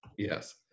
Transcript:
Yes